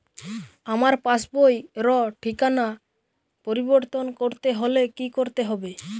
আমার পাসবই র ঠিকানা পরিবর্তন করতে হলে কী করতে হবে?